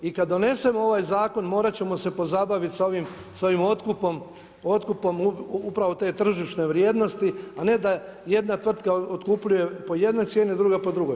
I kada donesemo ovaj zakon morat ćemo se pozabaviti sa ovim otkupom upravo te tržišne vrijednosti, a ne da jedna tvrtka otkupljuje po jednoj cijeni, a druga po drugoj.